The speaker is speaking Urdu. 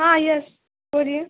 ہاں یس بولیے